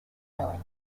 milling